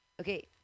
Okay